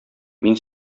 мин